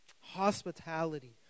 Hospitality